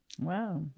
Wow